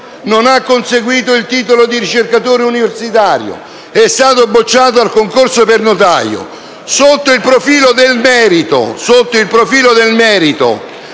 non ha conseguito il titolo di ricercatore universitario, è stato bocciato al concorso per notaio, sotto il profilo del merito è preferibile